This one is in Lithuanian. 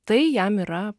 tai jam yra